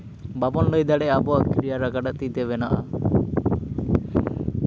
ᱵᱟᱵᱚᱱ ᱞᱟᱹᱭ ᱫᱟᱲᱮᱭᱟᱜᱼᱟ ᱟᱵᱚᱣᱟᱜ ᱠᱨᱤᱭᱟᱨ ᱚᱠᱟᱴᱟᱜ ᱛᱤ ᱛᱮ ᱵᱮᱱᱟᱜᱼᱟ